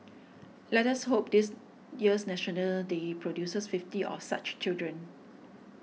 let us hope this year's National Day produces fifty of such children